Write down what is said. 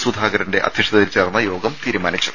സുധാകരന്റെ അധ്യക്ഷതയിൽ ചേർന്ന യോഗം തീരുമാനിച്ചു